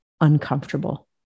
uncomfortable